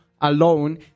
alone